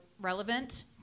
relevant